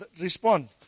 respond